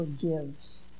forgives